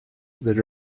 that